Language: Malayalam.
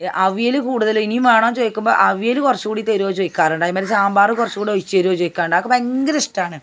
അവിയൽ കൂടുതൽ ഇനി വേണോയെന്നു ചോദിക്കുമ്പോൾ അവിയൽ കുറച്ചു കൂടി തരുമോ ചോദിക്കാറുണ്ട് അതിന്മേൽ സാമ്പാർ കുറച്ചു കൂടി ഒഴിച്ചു തരുമോ ചോദിക്കാറുണ്ട് അതൊക്കെ ഭയങ്കരിഷ്ടമാണ്